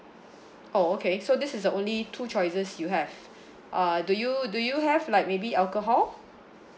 oh okay so this is the only two choices you have uh do you do you have like maybe alcohol